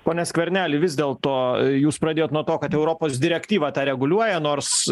pone skverneli vis dėl to jūs pradėjot nuo to kad europos direktyva reguliuoja nors